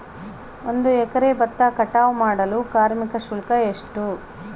ಒಂದು ಎಕರೆ ಭತ್ತ ಕಟಾವ್ ಮಾಡಲು ಕಾರ್ಮಿಕ ಶುಲ್ಕ ಎಷ್ಟು?